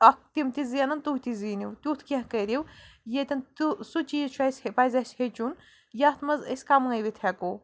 اَکھ تِم تہِ زینَن تُہۍ تہِ زیٖنِو تیُتھ کیٚنٛہہ کٔرِو ییٚتٮ۪ن تُہ سُہ چیٖز چھُ اَسہِ پَزِ اَسہِ ہیٚچُن یَتھ منٛز أسۍ کَمٲوِتھ ہٮ۪کو